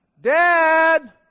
Dad